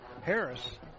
Harris